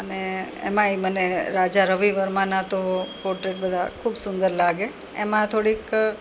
અને એમાંય મને રાજા રવિ વર્માનાં તો પોટ્રેટ બધાં ખૂબ સુંદર લાગે એમાં થોડીક